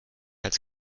als